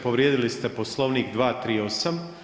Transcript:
Povrijedili ste Poslovnik 238.